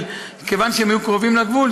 כיוון שהם היו קרובים לגבול,